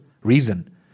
reason